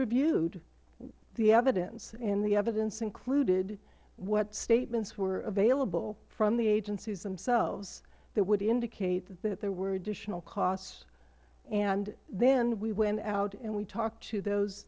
reviewed the evidence and the evidence included what statements were available from the agencies themselves that would indicate that there were additional costs and then we went out and we talked to those